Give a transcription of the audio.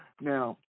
Now